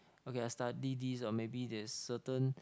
okay I study this or maybe there's certain